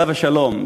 עליו השלום,